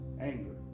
anger